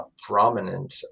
prominent